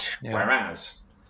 Whereas